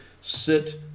sit